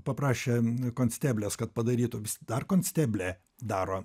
paprašė konsteblės kad padarytų vis dar konsteblė daro